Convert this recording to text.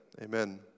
amen